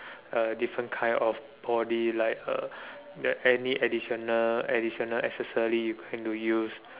uh different kind of body like uh the any additional additional accessory you tend to use